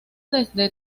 desde